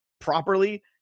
properly